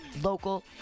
local